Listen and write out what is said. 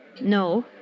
No